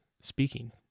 speaking